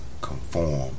conform